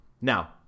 Now